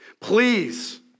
Please